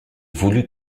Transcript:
voulut